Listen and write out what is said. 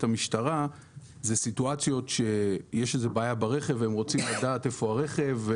המשטרה אלה סיטואציה לפיה יש בעיה ברכב והם רוצים לדעת היכן הרכב.